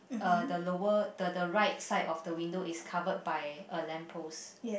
uh the lower the the right side of the window is covered by a lamp post